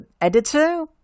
editor